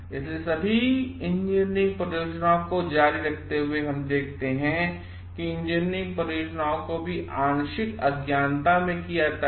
इसलिए सभी इंजीनियरिंग परियोजनाओं की जारी रखते हुए हम देखते हैं कि इंजीनियरिंग परियोजनाओं को भी आंशिक अज्ञानता में किया जाता है